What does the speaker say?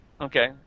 Okay